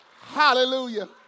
Hallelujah